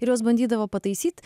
ir juos bandydavo pataisyti